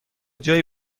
جایی